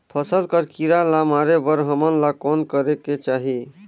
फसल कर कीरा ला मारे बर हमन ला कौन करेके चाही?